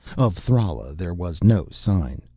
of thrala there was no sign,